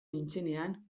nintzenean